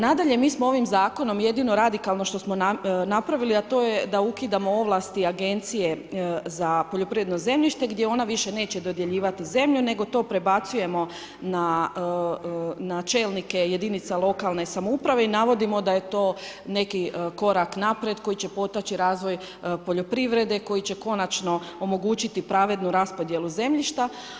Nadalje, mi smo ovim zakonom, jedino radikalno što smo napravili, a to je da ukidamo ovlasti agencije za poljoprivredno zemljište, gdje ona više neće dodjeljivati zemlju, nego to prebacujemo na čelnike jedinica lokalne samouprave i navodimo da je to neki korak naprijed, koji će poteći razvoj poljoprivrede, koji će konačno omogućiti pravednu raspodjelu zemljišta.